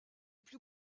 plus